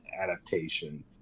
adaptation